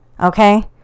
Okay